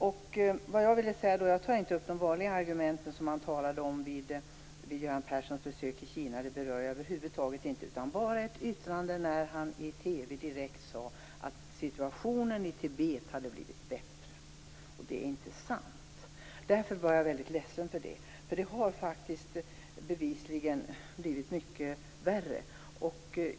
Jag berör över huvud taget inte de vanliga argumenten som användes vid Göran Perssons besök i Kina utan bara att han i ett direkt yttrande i TV sade att situationen i Tibet hade blivit bättre. Det är inte sant. Jag är väldigt ledsen över det, för situationen har bevisligen blivit mycket värre.